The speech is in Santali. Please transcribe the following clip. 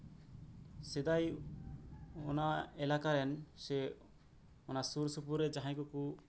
ᱥᱮᱫᱟᱭ ᱚᱱᱟ ᱮᱞᱟᱠᱟ ᱨᱮᱱ ᱥᱮ ᱚᱱᱟ ᱥᱩᱨ ᱥᱩᱯᱩᱨ ᱨᱮ ᱡᱟᱦᱟᱸᱭ ᱠᱚᱠᱩ